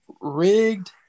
Rigged